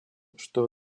что